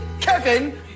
Kevin